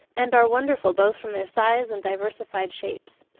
and are wonderful both from their size and diversified shapes.